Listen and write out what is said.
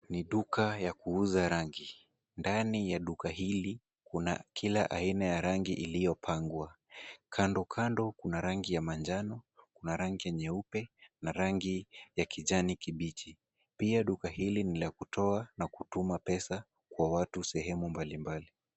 Ni duka ya kuuza rangi. Ndani ya duka hili kuna kila aina ya rangi iliyopangwa. Kando kando kuna rangi ya manjano, kuna rangi nyeupe na rangi ya kijani kibichi. Pia duka hili ni la kutoa na kutuma pesa kwa watu sehemu mbali mbali.